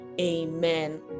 amen